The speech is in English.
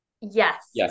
Yes